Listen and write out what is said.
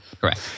Correct